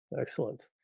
Excellent